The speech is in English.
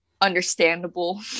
understandable